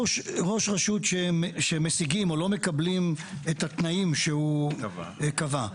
ראש רשות שמשיגים או לא מקבלים את התנאים שהוא קבע.